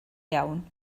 iawn